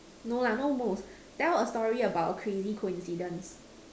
no lah no most tell a story about a crazy coincidence